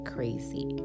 Crazy